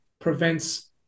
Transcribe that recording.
prevents